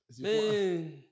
Man